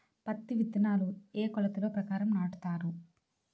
పత్తి విత్తనాలు ఏ ఏ కొలతల ప్రకారం నాటుతారు?